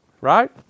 Right